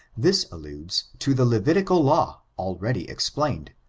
this alludes to the levitical law, already explained.